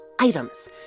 items